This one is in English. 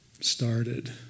started